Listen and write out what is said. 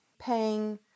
paying